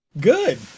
good